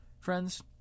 Friends